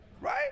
Right